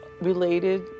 related